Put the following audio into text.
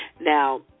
Now